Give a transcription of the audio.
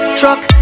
truck